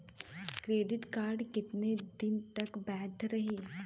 Credit card कितना दिन तक वैध रही?